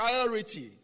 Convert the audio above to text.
priority